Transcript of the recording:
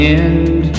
end